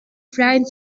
freien